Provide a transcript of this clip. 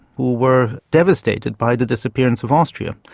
who were devastated by the disappearance of austria.